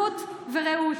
אחדות ורעות.